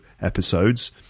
episodes